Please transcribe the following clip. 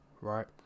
right